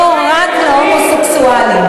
לא רק להומוסקסואלים.